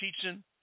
teaching